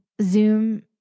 Zoom